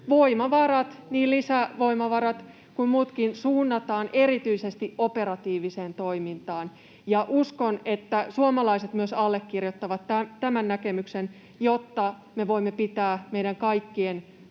voimavarat, niin lisävoimavarat kuin muutkin, suunnataan erityisesti operatiiviseen toimintaan, ja uskon, että suomalaiset myös allekirjoittavat tämän näkemyksen, jotta me voimme pitää meidän kaikkien